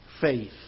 faith